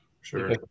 Sure